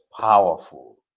powerful